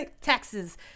taxes